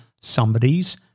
somebody's